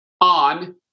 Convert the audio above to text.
on